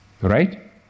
Right